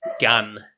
gun